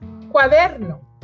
cuaderno